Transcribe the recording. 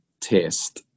test